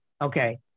Okay